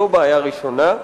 זו בעיה ראשונה.